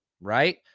Right